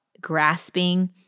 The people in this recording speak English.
grasping